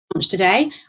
Today